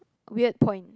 weird point